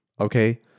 Okay